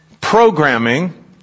programming